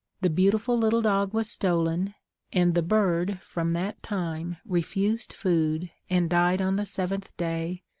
the beautiful little dog was stolen and the bird from that time refused food, and died on the seventh day,